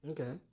Okay